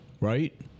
right